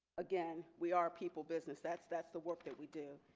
again we are people business that's that's the work that we do.